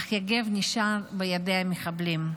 אך יגב נשאר בידי המחבלים.